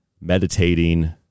meditating